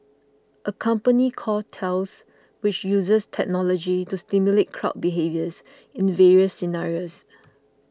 a company called Thales which uses technology to simulate crowd behaviours in various scenarios